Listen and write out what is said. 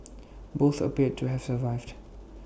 both appeared to have survived